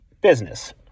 business